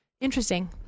Interesting